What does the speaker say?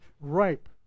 ripe